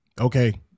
okay